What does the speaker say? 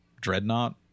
Dreadnought